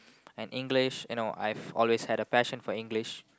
and English you know I've always had a passion for English